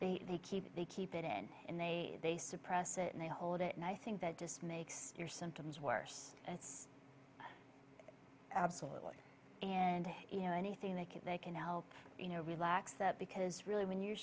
they keep it they keep it in and they they suppress it and they hold it and i think that just makes your symptoms worse and it's absolutely and you know anything they can they can help you know relax that because really when you